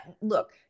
look